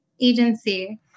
agency